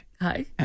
Hi